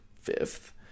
fifth